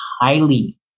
highly